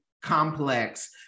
complex